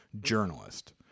journalist